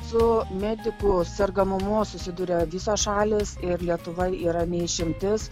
su medikų sergamumu susiduria visos šalys ir lietuva yra nei išimtis